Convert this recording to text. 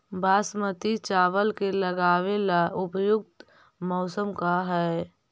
बासमती चावल के लगावे ला उपयुक्त मौसम का है?